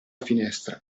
finestra